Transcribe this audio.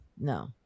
no